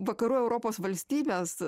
vakarų europos valstybės